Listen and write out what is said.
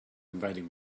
inviting